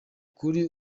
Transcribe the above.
kuri